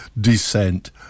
Descent